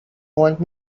want